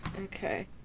Okay